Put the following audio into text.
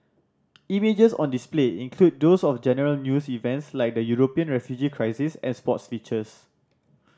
images on display include those of general news events like the European refugee crisis and sports features